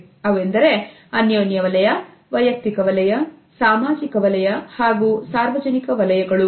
ಅವುವೆಂದರೆ ಅನ್ಯೋನ್ಯ ವಲಯ ವಯಕ್ತಿಕ ವಲಯ ಸಾಮಾಜಿಕ ಹಾಗೂ ಸಾರ್ವಜನಿಕ ವಲಯಗಳು